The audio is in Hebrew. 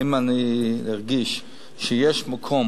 אם אני ארגיש שיש מקום